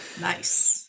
Nice